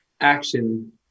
action